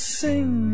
sing